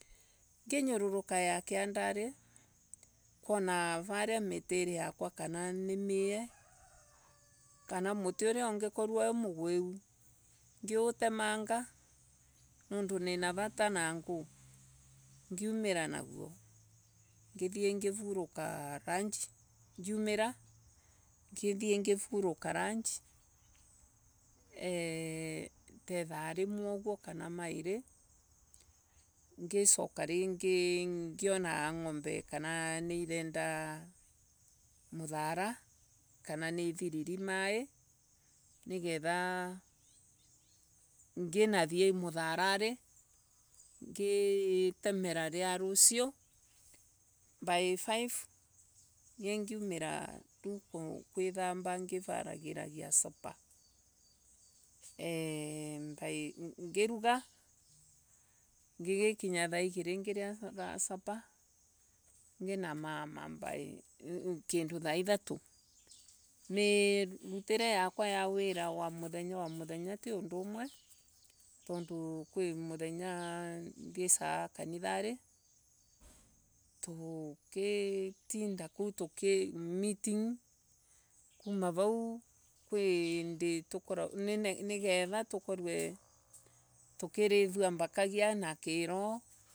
Nginyururuka ya kiandori kuona varia miiri yakwa ni mie kana muti uria unaikorwa wi mugwiu ngiutemanga. mundu ninavata na nau ngiumira naguo. Ngithi ngiumira ngithi ngivuroka aji eeh Ta ithaa rimwe uguo kana mairi ngicoka ringi. ngionaga ngombe kana ni ivandu muthara kana niithiriri mai nginathi mutharari. ngitemera ria rucio by five riu ngiumira ngivaragiria supper Eeh Ngiruga. Igikinya thaa igiri nginaria supper. igikinya thaa ithatu nginamama. Mirutire yakwa ya wira wamuthenya ti undu umwe tondu kwi muthenya thiisaga kanithari tugitinda kuo meeting. kuma vau kwi indi nigetha Tukorwe tukirithwa mbakagia na kiroho.